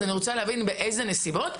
אני רוצה להבין באיזה נסיבות,